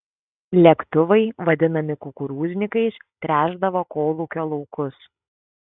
lėktuvai vadinami kukurūznikais tręšdavo kolūkio laukus